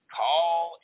call